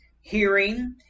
Hearing